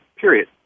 period